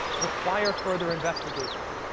require further investigation.